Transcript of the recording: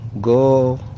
go